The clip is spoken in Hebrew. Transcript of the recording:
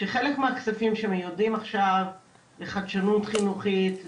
שחלק מהכספים שמיועדים עכשיו לחדשנות חינוכית,